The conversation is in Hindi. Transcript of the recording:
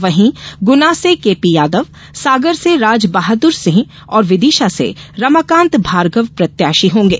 वहीं गुना से केपी यादव सागर से राजबहादुर सिंह और विदिशा से रमाकांत भार्गव प्रत्याशी होंगे